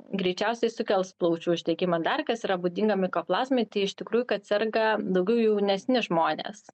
greičiausiai sukels plaučių uždegimą dar kas yra būdinga mikoplazmai tai iš tikrųjų kad serga daugiau jaunesni žmonės